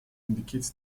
indicates